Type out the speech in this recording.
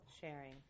sharing